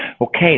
Okay